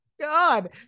God